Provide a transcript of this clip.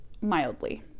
mildly